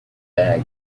bag